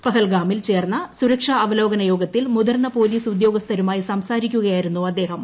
പഹൽഗാമിൽ ചേർന്ന സുരക്ഷ അവലോകന യോഗത്തിൽ മുതിർന്ന പോലീസ് ഉദ്യോഗസ്ഥരുമായി സംസാരിക്കുകയായിരുന്നു അദ്ദേഹം